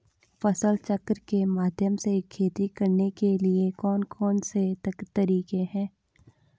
फसल चक्र के माध्यम से खेती करने के लिए कौन कौन से तरीके हैं?